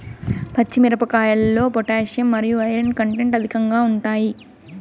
పచ్చి మిరపకాయల్లో పొటాషియం మరియు ఐరన్ కంటెంట్ అధికంగా ఉంటాయి